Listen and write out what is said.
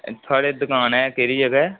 थुआढ़ी दुकान ऐ केह्ड़ी जगह् ऐ